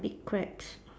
big crabs